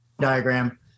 diagram